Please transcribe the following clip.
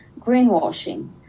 greenwashing